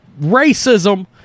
racism